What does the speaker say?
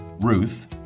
Ruth